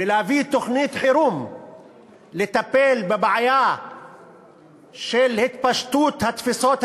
ולהביא תוכנית חירום לטפל בבעיה של התפשטות התפיסות הגזעניות,